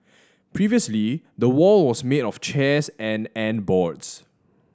previously the wall was made of chairs and and boards